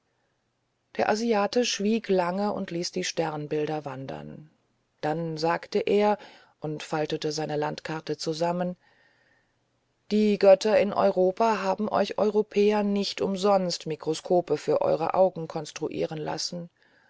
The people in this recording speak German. der asiate schwieg lange und ließ die sternbilder wandern dann sagte er und faltete seine landkarte zusammen die götter in europa haben euch europäer nicht umsonst mikroskope für eure augen konstruieren lassen